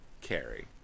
Carry